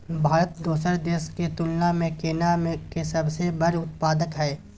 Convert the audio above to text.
भारत दोसर देश के तुलना में केला के सबसे बड़ उत्पादक हय